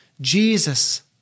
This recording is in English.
Jesus